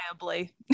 Reliably